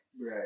Right